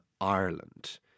Ireland